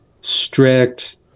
strict